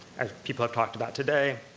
as people have talked about today,